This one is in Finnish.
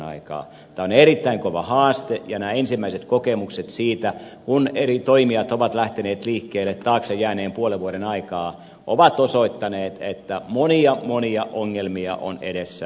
tämä on erittäin kova haaste ja nämä ensimmäiset kokemukset siitä kun eri toimijat ovat lähteneet liikkeelle taakse jääneen puolen vuoden aikaan ovat osoittaneet että monia monia ongelmia on edessä